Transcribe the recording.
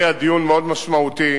היה דיון מאוד משמעותי,